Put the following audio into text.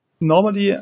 normally